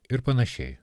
ir panašiai